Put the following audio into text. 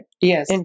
yes